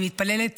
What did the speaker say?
אני מתפללת